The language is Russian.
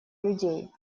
людей